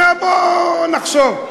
בואו נחשוב.